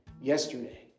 yesterday